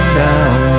down